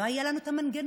לא היו לנו המנגנונים,